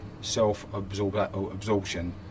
self-absorption